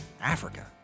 Africa